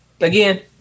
Again